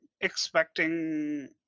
expecting